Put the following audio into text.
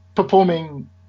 Performing